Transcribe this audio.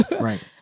right